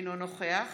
אינו נוכח